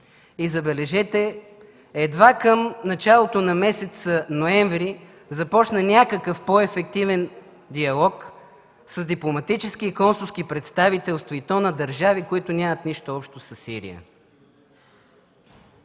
и, забележете, едва към началото на месец ноември започна някакъв по-ефективен диалог с дипломатически и консулски представителства и то на държави, които нямат нищо общо със Сирия.